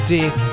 Deep